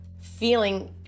feeling